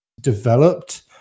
developed